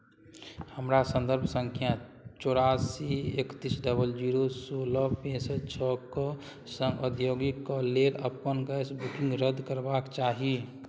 हमरा सन्दर्भ सङ्ख्या चौरासी एकतीस डबल जीरो सोलह पैंसठि छओके सङ्ग औद्योगिकके लेल अपन गैस बुकिंग रद्द करबाक चाही